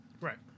right